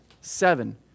Seven